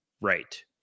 right